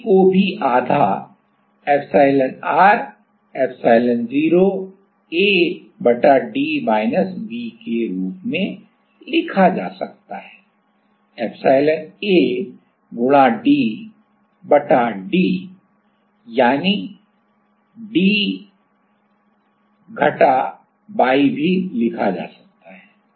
और C को भी आधा epsilonr epsilon0 A बटा d माइनस y के रूप में लिखा जा सकता है epsilon A गुणा d बटा d यानी d घटा y भी लिखा जा सकता है